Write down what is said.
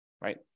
Right